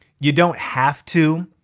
you don't have to.